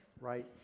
right